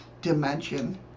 dimension